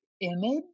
image